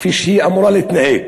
כפי שהיא אמורה להתנהג.